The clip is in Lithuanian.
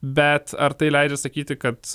bet ar tai leidžia sakyti kad